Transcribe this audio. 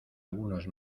algunos